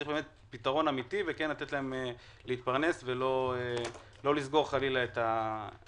צריך באמת פתרון אמיתי וכן לתת להם להתפרנס ולא לסגור חלילה את המאפייה.